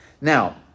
Now